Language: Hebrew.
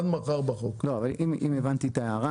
אם הבנתי את ההערה,